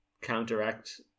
counteract